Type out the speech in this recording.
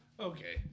Okay